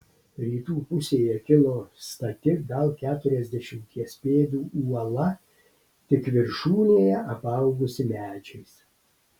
rytų pusėje kilo stati gal keturiasdešimties pėdų uola tik viršūnėje apaugusi medžiais